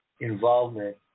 involvement